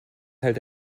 halt